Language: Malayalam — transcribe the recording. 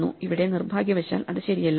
ഇവിടെ നിർഭാഗ്യവശാൽ അത് ശരിയല്ല